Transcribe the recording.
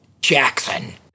Jackson